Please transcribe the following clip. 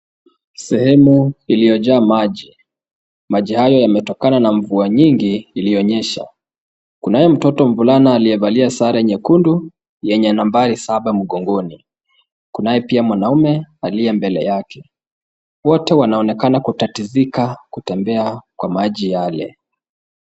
Sehemu iliyojaa maji. Maji hayo yametokana na mvua nyingi iliyo nyesha. Kunayo mtoto mvulana aliyevalia sare nyekundu yenye nambari saba mgongoni. Kunaye pia mwanamume aliye mbele yake. Wote wanaonekana kutatizika kutembea kwa maji yale.